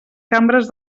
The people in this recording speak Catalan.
cambres